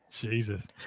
Jesus